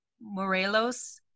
Morelos